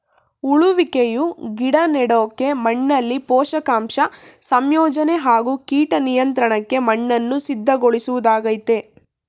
ಉಳುವಿಕೆಯು ಗಿಡ ನೆಡೋಕೆ ಮಣ್ಣಲ್ಲಿ ಪೋಷಕಾಂಶ ಸಂಯೋಜನೆ ಹಾಗೂ ಕೀಟ ನಿಯಂತ್ರಣಕ್ಕಾಗಿ ಮಣ್ಣನ್ನು ಸಿದ್ಧಗೊಳಿಸೊದಾಗಯ್ತೆ